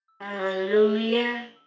Hallelujah